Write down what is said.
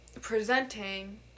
presenting